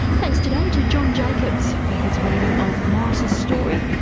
thanks today to john jacobs for his reading of morris's story,